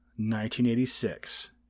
1986